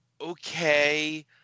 okay